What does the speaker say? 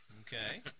okay